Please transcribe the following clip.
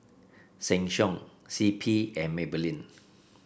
Sheng Siong C P and Maybelline